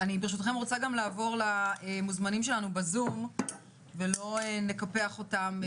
אני ברשותכם רוצה גם לעבור למוזמנים שלנו בזום ולא נקפח אותם.